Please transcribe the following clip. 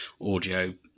audio